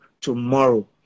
tomorrow